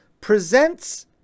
presents